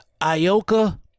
Ioka